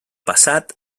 passat